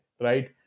right